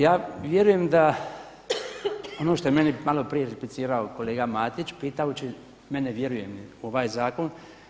Ja vjerujem da ono što je meni malo prije replicirao kolega Matić pitajući mene vjerujem li u ovaj zakon.